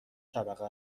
طبقه